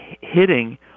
hitting